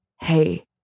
hey